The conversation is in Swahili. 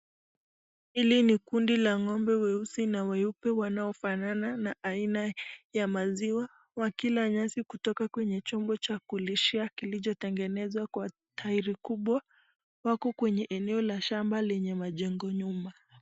Hili ni kudi la ng'ombe weusi na weupe wanaofanana na aina ya maziwa wakila nyasi kutoka kwenye chombo cha kulishia kilichotengenezwa kwa tairi kubwa wako kwenye eneo la shamba lenye majengo nyuma.